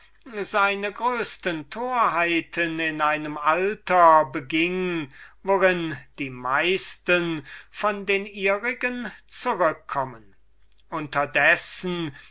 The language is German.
seine größesten torheiten in dem alter beging wo die meisten von den ihrigen zurückkommen unterdessen